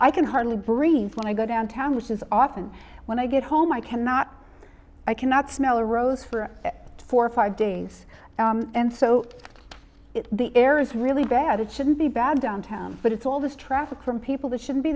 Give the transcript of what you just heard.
i can hardly breathe when i go downtown which is often when i get home i cannot i cannot smell a rose for four or five days and so if the air is really bad it shouldn't be bad downtown but it's all this traffic from people that shouldn't be